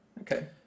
Okay